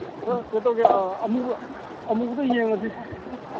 ꯀꯩꯅꯣ ꯇꯧꯒꯦ ꯑꯃꯨꯕ ꯑꯃꯨꯕꯗꯣ ꯌꯦꯡꯉꯁꯤ